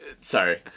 Sorry